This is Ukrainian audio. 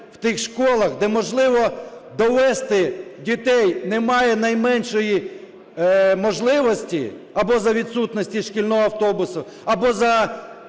в тих школах, де, можливо, довезти дітей немає найменшої можливості, або за відсутності шкільного автобуса, або за